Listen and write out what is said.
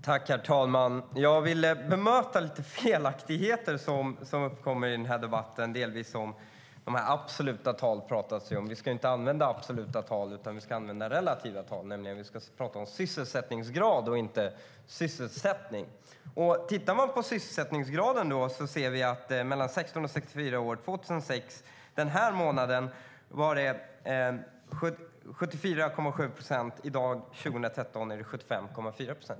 Herr talman! Jag vill bemöta lite felaktigheter som har uppkommit i den här debatten. Det pratas om absoluta tal. Vi ska inte använda absoluta tal, utan vi ska använda relativa tal. Vi ska nämligen prata om sysselsättningsgrad och inte sysselsättning. Man kan titta på sysselsättningsgraden. När det gäller dem mellan 16 och 64 år var den 2006, den här månaden, 74,7 procent. I dag, 2013, är den 75,4 procent.